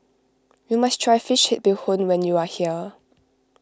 you must try Fish Head Bee Hoon when you are here